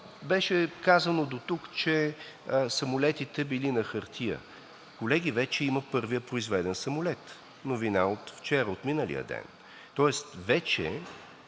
Беше казано дотук, че самолетите били на хартия. Колеги, вече има първия произведен самолет, новина от вчера, от миналия ден. Тоест вече